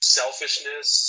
selfishness